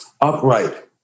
upright